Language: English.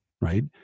right